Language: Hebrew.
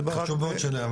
מדובר רק --- התשובות שלהם,